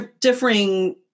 differing